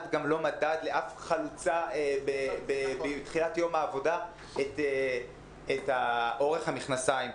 גם לא מדד לאף חלוצה בתחילת יום העבודה את אורך המכנסיים.